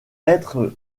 être